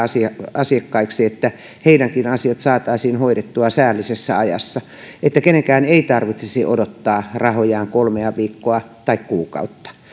asiakkaiksi että heidänkin asiat saataisiin hoidettua säällisessä ajassa niin että kenenkään ei tarvitsisi odottaa rahojaan kolmea viikkoa tai kuukautta